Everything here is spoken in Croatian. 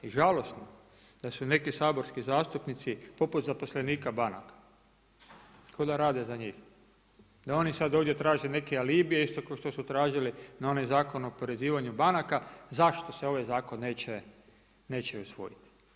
I žalosno je da su neki saborski zastupnici poput zaposlenika banaka kao da rade za njih, da oni sada ovdje traže neke alibije isto kao što su tražili na onaj Zakon o oporezivanju banaka zašto se ovaj zakon neće usvojiti.